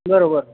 બરોબર